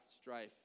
strife